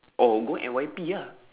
oh go N_Y_P ah